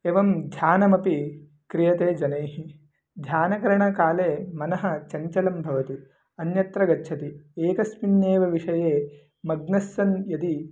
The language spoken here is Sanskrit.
एवं ध्यानमपि क्रियते जनैः ध्यानकरणकाले मनः चञ्चलं भवति अन्यत्र गच्छति एकस्मिन्नेव विषये मग्नस्सन् यदि